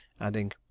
adding